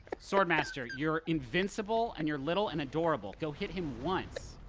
sword master, you're invincible, and you're little and adorable. go hit him once.